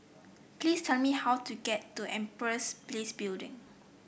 please tell me how to get to Empress Place Building